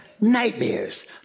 nightmares